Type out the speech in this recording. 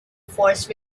forced